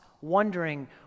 wondering